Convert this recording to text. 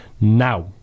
Now